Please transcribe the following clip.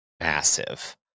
massive